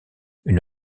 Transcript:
une